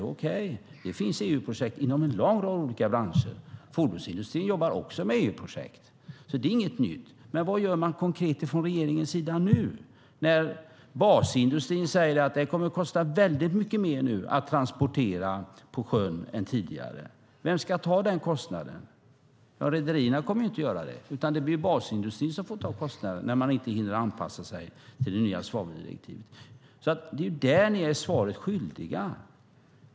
Okej - det finns EU-projekt inom en lång rad olika branscher. Fordonsindustrin jobbar också med EU-projekt. Det är inget nytt. Men vad gör man konkret från regeringens sida nu när basindustrin säger att det nu kommer att kosta väldigt mycket mer att transportera på sjön än tidigare? Vem ska ta den kostnaden? Rederierna kommer inte att göra det, utan det blir basindustrin som får ta kostnaden när man inte hinner anpassa sig till det nya svaveldirektivet. Det är där ni är svaret skyldiga.